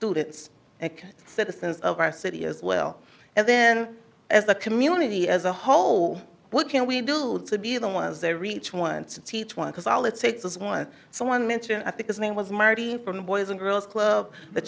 and citizens of our city as well and then as a community as a whole what can we do to be the ones they reach once and teach one because all it takes is one someone mentioned i think his name was martin from the boys and girls club the